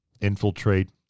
infiltrate